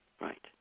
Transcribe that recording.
Right